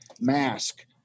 mask